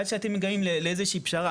עד שאתם מגיעים לאיזה שהיא פשרה.